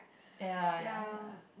ya ya ya